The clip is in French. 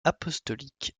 apostolique